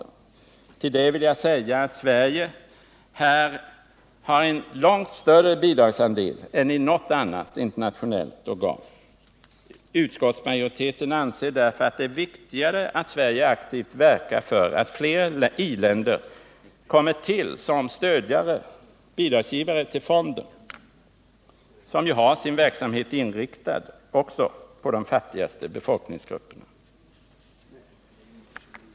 Till det vill jag säga att Sverige i kapitalutvecklingsfonden har en långt större bidragsandel än i något annat internationellt biståndsorgan. Utskottsmajoriteten anser därför att det är viktigare att Sverige aktivt verkar för att fler i-länder kommer till som bidragsgivare till fonden, som ju har sin verksamhet inriktad också på de fattigaste befolkningsgrupperna.